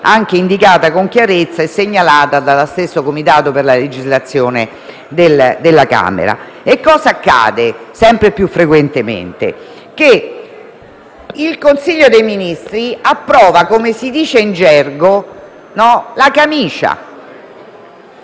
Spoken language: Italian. stata indicata con chiarezza anche dallo stesso Comitato per la legislazione della Camera. Accade sempre più frequentemente che il Consiglio dei ministri approvi, come si dice in gergo, la camicia